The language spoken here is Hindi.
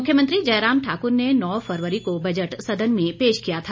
मुख्यमंत्री जयराम ठाकुर ने नौ फरवरी को बजट सदन में पेश किया था